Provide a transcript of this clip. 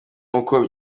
uko